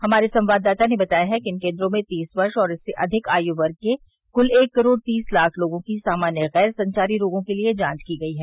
हमारे संवाददाता ने बताया है कि इन केंद्रों में तीस वर्ष और इससे अधिक आयु वर्ग के कुल एक करोड़ तीस लाख लोगों की सामान्य गैर संचारी रोगों के लिए जांच की गई है